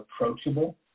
approachable